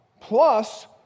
Plus